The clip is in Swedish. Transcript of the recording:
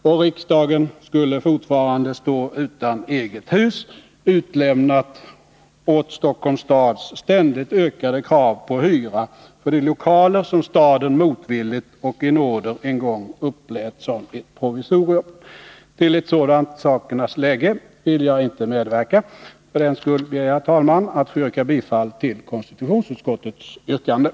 Och riksdagen skulle fortfarande stå utan eget hus, utlämnad åt Stockholms stads ständigt ökade krav på hyra för de lokaler som staden motvilligt och i nåder en gång upplät som ett provisorium. Till ett sådant sakernas läge vill jag inte medverka. För den skull ber jag, herr talman, att få yrka bifall till konstitutionsutskottets hemställan.